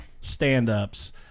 stand-ups